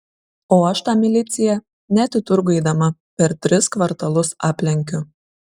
o aš tą miliciją net į turgų eidama per tris kvartalus aplenkiu